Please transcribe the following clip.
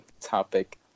topic